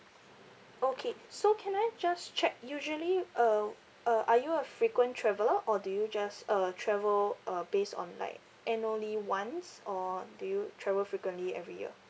okay so can I just check usually um uh are you a frequent traveller or do you just uh travel uh based on like annually once or do you travel frequently every year